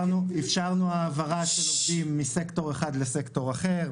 אפשרנו העברה של עובדים מסקטור אחד לסקטור אחר.